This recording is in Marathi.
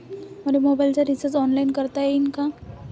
मले मोबाईल रिचार्ज ऑनलाईन करता येईन का?